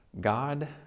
God